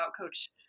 Coach